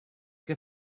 che